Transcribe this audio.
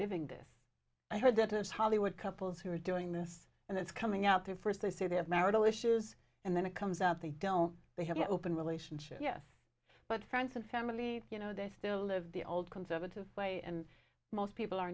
living this i heard that is hollywood couples who are doing this and it's coming out there first they say they have marital issues and then it comes out they don't they have an open relationship yes but friends and family you know they still live the old conservative way and most people are